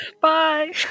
Bye